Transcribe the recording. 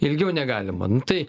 ilgiau negalim tai